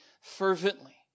fervently